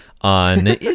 on